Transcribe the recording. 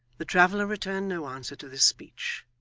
the traveller returned no answer to this speech,